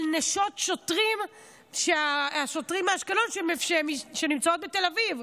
על נשות שוטרים מאשקלון שנמצאות בתל אביב.